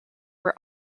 were